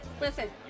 Listen